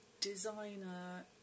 designer